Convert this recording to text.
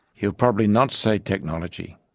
he will probably not say technology.